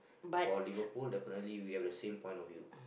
for Liverpool definitely we have the same point of view